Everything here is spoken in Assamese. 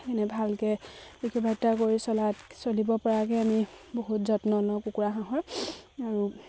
এনে ভালকে চলিব পৰাকে আমি বহুত যত্ন লওঁ কুকুৰা হাঁহৰ আৰু